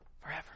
forever